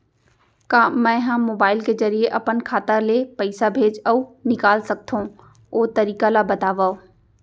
का मै ह मोबाइल के जरिए अपन खाता ले पइसा भेज अऊ निकाल सकथों, ओ तरीका ला बतावव?